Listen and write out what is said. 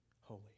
holy